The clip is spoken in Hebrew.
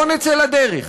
בוא נצא לדרך.